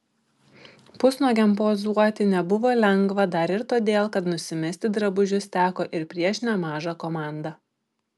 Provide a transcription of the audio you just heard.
pusnuogiam pozuoti nebuvo lengva dar ir todėl kad nusimesti drabužius teko ir prieš nemažą komandą